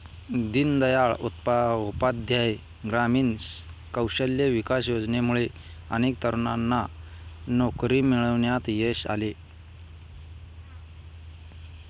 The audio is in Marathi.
दीनदयाळ उपाध्याय ग्रामीण कौशल्य विकास योजनेमुळे अनेक तरुणांना नोकरी मिळवण्यात यश आले